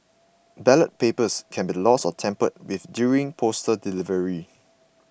ballot papers can be lost or tampered with during postal delivery